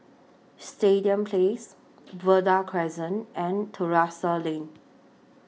Stadium Place Verde Crescent and Terrasse Lane